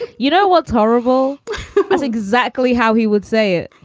you know what's horrible is exactly how he would say it